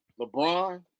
LeBron